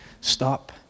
Stop